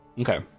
Okay